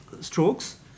strokes